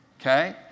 okay